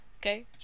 Okay